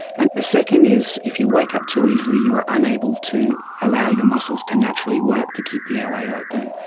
and the second is if you wake up too easily easily you are unable to allow your muscles to naturally work to keep the airway open.